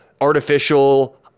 artificial